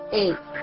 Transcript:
eight